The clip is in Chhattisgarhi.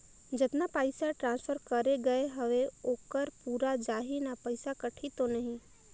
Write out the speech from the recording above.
जतना पइसा ट्रांसफर करे गये हवे ओकर पूरा जाही न पइसा कटही तो नहीं?